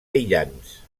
aïllants